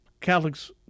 Catholics